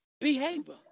behavior